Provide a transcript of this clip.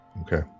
Okay